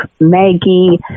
Maggie